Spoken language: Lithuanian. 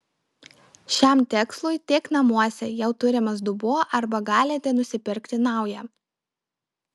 šiam tikslui tiks namuose jau turimas dubuo arba galite nusipirkti naują